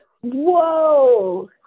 Whoa